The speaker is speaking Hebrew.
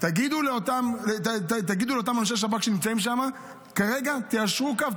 שתגידו לאותם אנשי שב"כ שנמצאים שם: כרגע תיישרו קו,